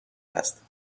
است